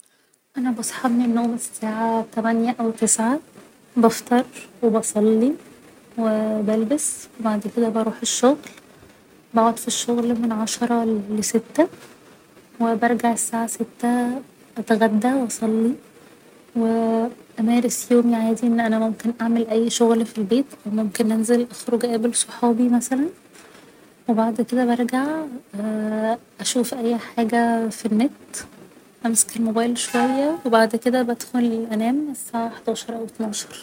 أنا بصحى من النوم الساعة تمانية او تسعة بفطر و بصلي و بلبس بعد كده بروح الشغل بقعد في الشغل من عشرة لستة و برجع الساعة ستة أتغدى و اصلي و أمارس يومي عادي إن أنا ممكن اعمل اي شغل في البيت و ممكن انزل اخرج أقابل صحابي مثلا و بعد كده برجع أشوف اي حاجة في النت امسك الموبايل شوية و بعد كده بدخل انام على الساعة حداشر او اتناشر